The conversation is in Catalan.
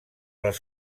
les